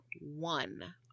one